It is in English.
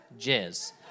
jizz